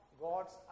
God's